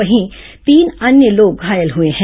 वहीं तीन अन्य लोग घायल हुए हैं